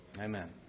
Amen